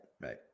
right